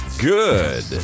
good